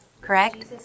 correct